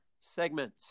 segment